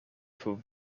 for